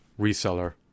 reseller